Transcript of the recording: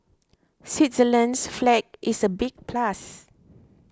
Switzerland's flag is a big plus